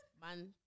Man